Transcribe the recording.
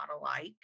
alike